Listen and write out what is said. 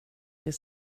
det